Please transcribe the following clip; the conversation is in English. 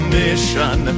mission